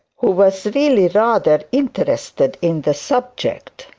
who was really rather interested in the subject.